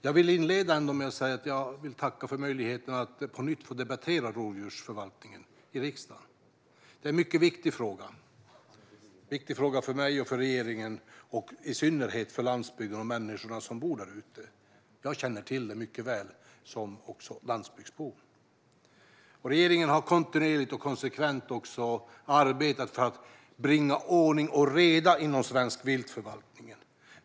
Jag vill inleda med att tacka för möjligheten att på nytt få debattera rovdjursförvaltningen i riksdagen. Det är en mycket viktig fråga för mig och regeringen och i synnerhet för landsbygden och de människor som bor där. Jag känner till den mycket väl som landsbygdsbo. Regeringen har kontinuerligt och konsekvent arbetat för att bringa ordning och reda inom svensk viltförvaltning.